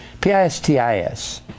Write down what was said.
P-I-S-T-I-S